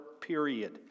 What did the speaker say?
period